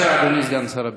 בבקשה, אדוני סגן שר הביטחון.